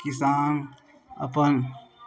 किसान अपन